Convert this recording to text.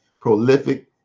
prolific